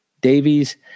Davies